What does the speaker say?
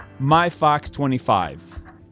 MyFox25